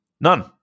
None